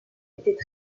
étaient